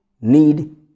need